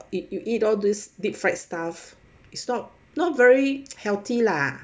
if you eat all of this deep fried stuff is not not very healthy lah